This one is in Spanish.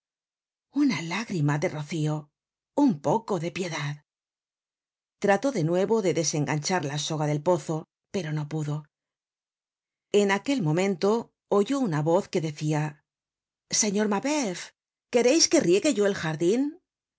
una lágrima de rocío un poco de piedad trató de nuevo de desenganchar la soga del pozo pero no pudo en aquel momento oyó una voz que decia señor mabeuf quereis que riegue yo el jardin